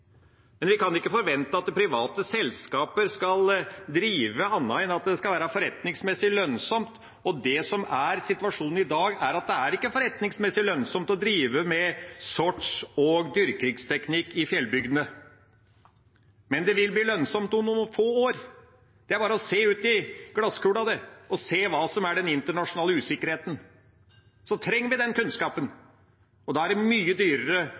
private selskapet skal drive annerledes enn at det skal være forretningsmessig lønnsomt, og situasjonen i dag er at det ikke er forretningsmessig lønnsomt å drive med sorts- og dyrkingsteknikk i fjellbygdene – men det vil bli lønnsomt om noen få år. Det er bare å se i glasskula – se på hva som er den internasjonale usikkerheten. Da trenger vi denne kunnskapen, og det blir mye dyrere